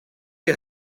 you